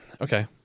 okay